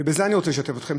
ובזה אני רוצה לשתף אתכם,